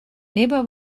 nearby